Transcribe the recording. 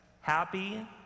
happy